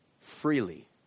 freely